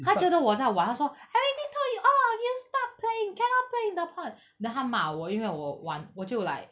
他觉得我在玩他说 I already told you all all of you stop playing cannot play in the pond then 他骂我因为我玩我就 like